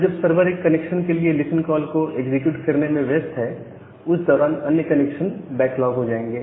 तो जब सर्वर एक कनेक्शन के लिए लिसन कॉल को एग्जीक्यूट करने में व्यस्त है उस दौरान अन्य कनेक्शन बैकलॉग हो जाएंगे